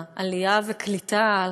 העלייה והקליטה,